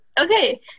Okay